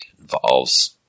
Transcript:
Involves